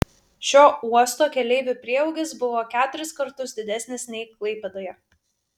šio uosto keleivių prieaugis buvo keturis kartus didesnis nei klaipėdoje